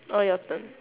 oh your turn